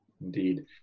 Indeed